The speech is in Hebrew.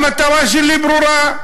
המטרה שלי ברורה,